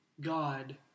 God